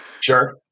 sure